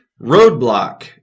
Roadblock